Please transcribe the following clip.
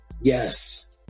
Yes